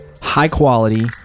high-quality